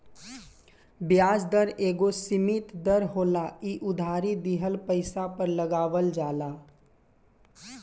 ब्याज दर एगो सीमित दर होला इ उधारी दिहल पइसा पर लगावल जाला